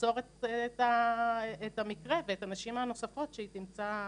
ותעצור את המקרה ואת הנשים הנוספות שהיא תמצא בסיטואציה.